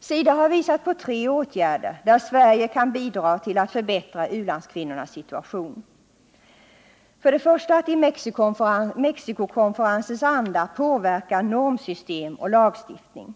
SIDA har visat på tre åtgärder där Sverige kan bidra till att förbättra u-landskvinnornas situation: 161 1. genom att i Mexicokonferensens anda påverka normsystem och lagstiftning,